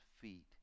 feet